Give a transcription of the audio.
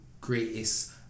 greatest